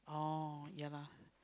oh yeah lah